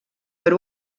per